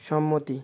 সম্মতি